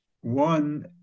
one